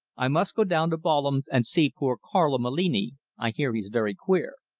i must go down to balham and see poor carlo mallini i hear he's very queer.